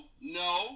no